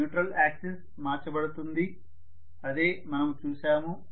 neutral axis మార్చబడుతుంది అదే మనము చూశాము